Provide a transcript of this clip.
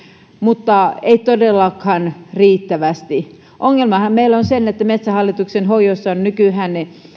mutta ei todellakaan riittävästi ongelmahan meillä on se että metsähallituksen hoidossa ovat nykyään